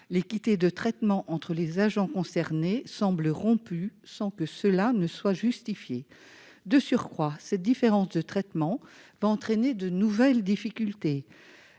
L'équité de traitement entre les agents concernés semble rompue sans que cela soit justifié. De surcroît, cette différence de traitement entraînera de nouvelles difficultés